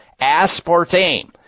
Aspartame